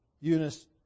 Eunice